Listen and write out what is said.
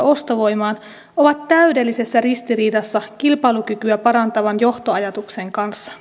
ostovoimaan ovat täydellisessä ristiriidassa kilpailukykyä parantavan johtoajatuksen kanssa